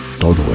Todo